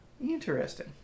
Interesting